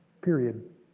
Period